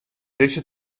dizze